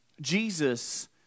Jesus